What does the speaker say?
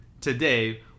today